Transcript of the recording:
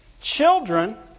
children